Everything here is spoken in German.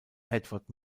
edward